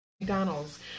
McDonald's